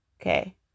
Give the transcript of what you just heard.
okay